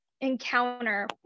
encounter